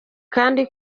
kandi